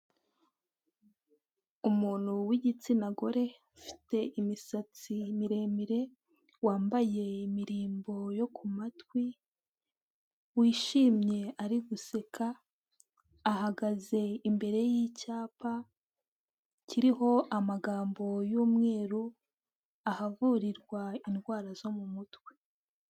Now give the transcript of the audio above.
Umuntu w'igitsina gore, ufite imisatsi miremire, wambaye imirimbo yo ku matwi, wishimye ari guseka, ahagaze imbere y'icyapa kiriho amagambo y'umweru, ahavurirwa indwara zo mu mutwe.